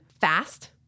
fast